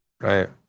Right